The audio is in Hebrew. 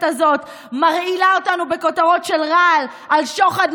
הזאת מרעילה אותנו בכותרות של רעל על שוחד,